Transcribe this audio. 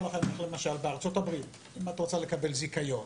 למשל, בארצות-הברית אם את רוצה לקבל זיכיון